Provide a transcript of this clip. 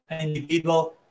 individual